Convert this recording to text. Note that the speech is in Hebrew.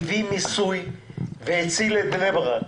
הביא מיסוי והציל את בני ברק.